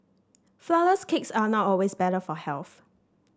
flourless cakes are not always better for health